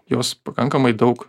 jos pakankamai daug